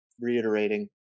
reiterating